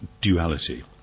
duality